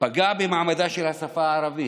פגע במעמדה של השפה הערבית,